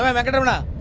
um venkatramana.